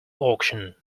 auction